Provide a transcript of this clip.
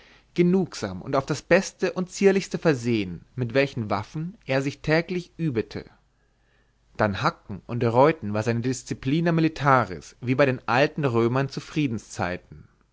genungsam und auf das beste und zierlichste versehen mit welchen waffen er sich täglich übete dann hacken und reuten war seine disciplina militaris wie bei den alten römern zu